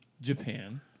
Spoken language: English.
Japan